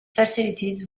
facilities